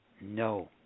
No